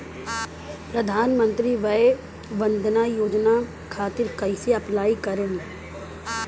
प्रधानमंत्री वय वन्द ना योजना खातिर कइसे अप्लाई करेम?